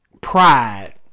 pride